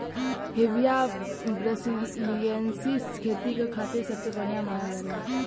Hevea ब्रासिलिएन्सिस खेती क खातिर सबसे बढ़िया मानल जाला